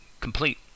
complete